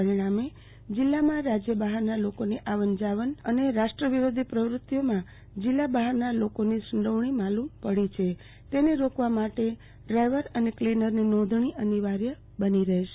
પરિણામે જિલ્લામાં રાજય બહારના લોકોની આવન જાવનનું પ્રમાણ વધ્યું છે અને રાષ્ટ્રવિરોધી પ્રવૃ તિઓમાં જિલ્લા બહારના લોકોની સંડોવણી માલુમ પડી છેતેને રોકવા માટે ડ્રાઈવર ક્લીનરની નોંધણી અનિવાર્ય બની રહેશે